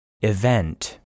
Event